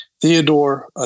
Theodore